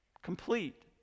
Complete